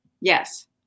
Yes